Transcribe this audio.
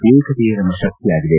ಏಕತೆಯೇ ನಮ್ನ ಶಕ್ತಿಯಾಗಿದೆ